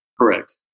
Correct